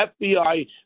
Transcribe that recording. FBI